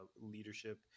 leadership